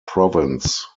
province